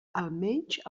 almenys